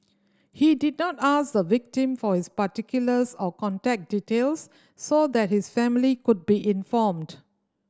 he did not ask the victim for his particulars or contact details so that his family could be informed